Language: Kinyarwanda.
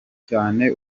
cyane